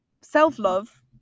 self-love